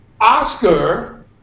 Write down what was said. Oscar